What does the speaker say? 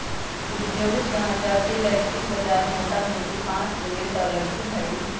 औद्योगिक गन्जा के वैश्विक बजार मोटामोटी पांच बिलियन डॉलर के हइ